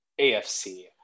AFC